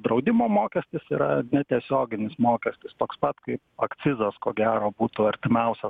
draudimo mokestis yra netiesioginis mokestis toks pat kaip akcizas ko gero būtų artimiausias